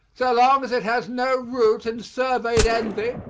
so long as it has no root in surveyed envy,